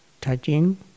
touching